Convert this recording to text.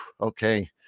okay